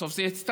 בסוף זה הצטמצם,